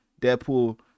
deadpool